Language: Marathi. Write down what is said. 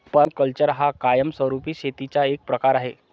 पर्माकल्चर हा कायमस्वरूपी शेतीचा एक प्रकार आहे